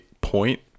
point